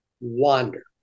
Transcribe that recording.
wander